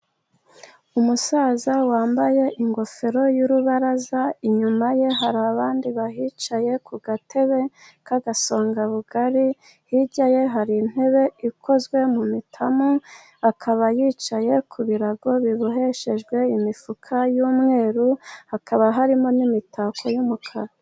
Umusaza wambaye ingofero y'urubaraza, inyuma ye hari abandi bahicaye ku gatebe k'agasongabugari, hirya ye hari intebe ikozwe mu mitamu, akaba yicaye ku birago biboheshejwe imifuka y'umweru, hakaba harimo n'imitako y'umukara.